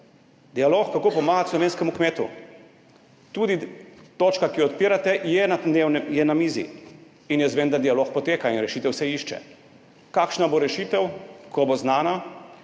dialog, kako pomagati slovenskemu kmetu. Tudi točka, ki jo odpirate, je na mizi. In jaz vem, da dialog poteka in rešitev se išče. Kakšna bo rešitev, ko bo znana,